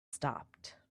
stopped